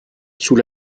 sous